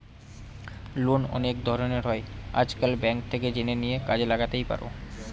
loan অনেক ধরনের হয় আজকাল, ব্যাঙ্ক থেকে জেনে নিয়ে কাজে লাগাতেই পারো